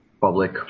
public